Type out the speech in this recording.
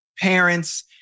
parents